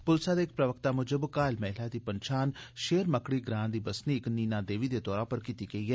पुलसै दे इक प्रवक्ता मुजब घायल महिला दी पन्छान शेर मकड़ी ग्रां दी बसनीक नीना देवी दे तौरा पर कीती गेई ऐ